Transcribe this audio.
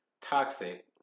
toxic